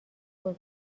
بزرگ